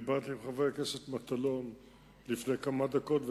דיברתי עם חבר הכנסת מטלון לפני כמה דקות,